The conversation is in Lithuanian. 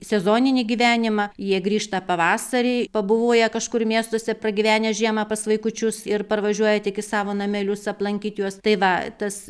sezoninį gyvenimą jie grįžta pavasarį pabuvoję kažkur miestuose pragyvenę žiemą pas vaikučius ir parvažiuoja tik į savo namelius aplankyt juos tai va tas